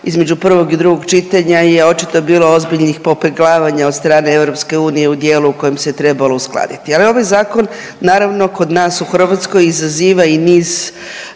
između prvog i drugog čitanja je očito bilo ozbiljnih popeglavanja od strane EU u dijelu u kojem se trebalo uskladiti, ali ovaj zakon naravno kod nas u Hrvatskoj izaziva i niz